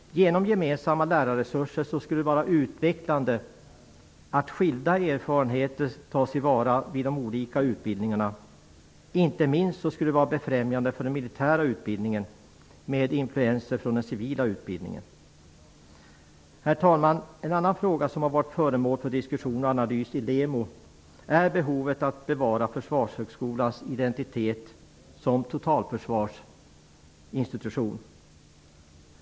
Genom gemensamma lärarresurser skulle det vara utvecklande att skilda erfarenheter tas till vara vid de olika utbildningarna. Inte minst skulle det vara befrämjande för den militära utbildningen med influenser från den civila utbildningen. Herr talman! En annan fråga som har varit föremål för diskussion och analys i LEMO är behovet av att bevara Försvarshögskolans identitet som totalförsvarsinstitution.